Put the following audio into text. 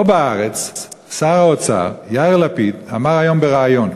פה בארץ שר האוצר יאיר לפיד אמר היום בריאיון: